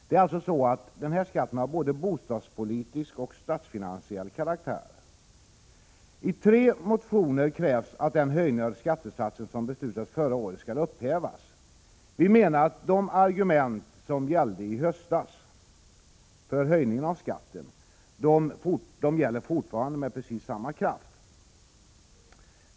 Denna skatt är alltså av både bostadspolitisk och statsfinansiell karaktär. I tre motioner krävs att den höjning av skattesatsen som beslutades förra året skall upphävas. Utskottsmajoriteten anser dock att de argument som i höstas gällde för höjningen av skatten fortfarande gäller, med samma kraft.